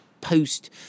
post